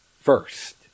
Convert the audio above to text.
first